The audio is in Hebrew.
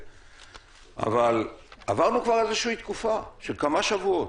אבל עברנו כבר תקופה של כמה שבועות,